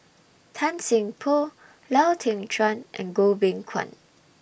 Tan Seng Poh Lau Teng Chuan and Goh Beng Kwan